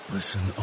Listen